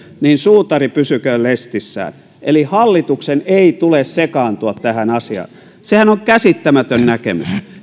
niin suutari pysyköön lestissään eli hallituksen ei tule sekaantua tähän asiaan sehän on käsittämätön näkemys